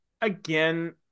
again